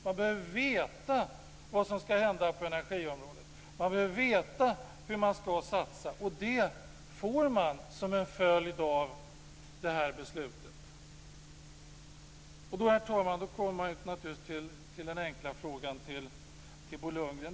Man behöver veta vad som ska hända på energiområdet. Man behöver veta hur man ska satsa. Det får man som en följd av beslutet. Herr talman! Då kommer jag till den enkla frågan till Bo Lundgren.